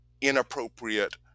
inappropriate